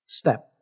step